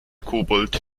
kobold